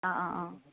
অঁ অঁ অঁ